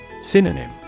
Synonym